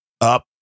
up